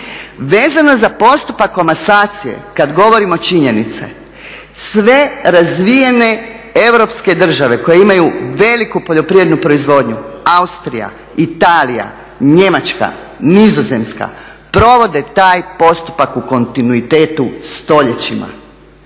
Vezano za postupak komasacije kad govorimo činjenice, sve razvijene europske države koje imaju veliku poljoprivrednu proizvodnju Austrija, Italija, Njemačka, Nizozemska provode taj postupak u kontinuitetu stoljećima